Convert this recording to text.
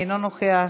אינו נוכח,